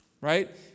right